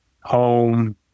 home